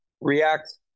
react